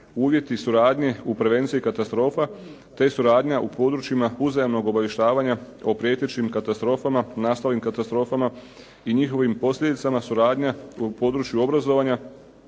uvjeti suradnje u prevenciji katastrofa te suradnja u područjima uzajamnog obavještavanja o prijetećim katastrofama, nastalim katastrofama i njihovim posljedicama, suradnja u području obrazovanja